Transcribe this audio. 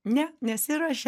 ne nesiruošia